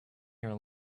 your